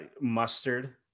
Mustard